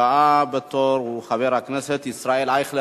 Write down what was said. הבא בתור הוא חבר הכנסת ישראל אייכלר.